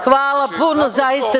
Hvala puno, zaista.